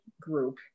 group